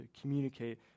communicate